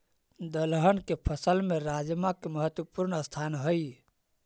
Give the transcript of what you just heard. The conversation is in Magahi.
दलहन के फसल में राजमा के महत्वपूर्ण स्थान हइ